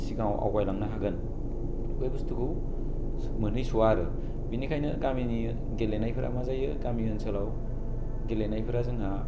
सिगाङाव आवगाय लांनो हागोन बे बुस्थुखौ मोनहैस'वा आरो बिनिखायनो गामिनि गेलेनायफोरा मा जायो गामि ओनसोलाव गेलेनायफोरा जोंहा